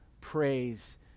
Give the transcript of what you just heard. praise